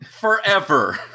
forever